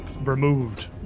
removed